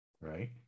right